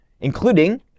including